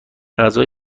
غذای